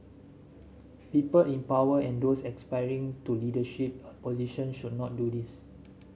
people in power and those aspiring to leadership position should not do this